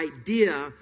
idea